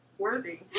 Worthy